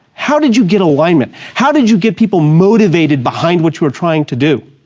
how did you get alignment, how did you get people motivated behind what you were trying to do?